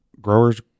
Growers